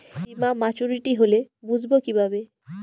বীমা মাচুরিটি হলে বুঝবো কিভাবে?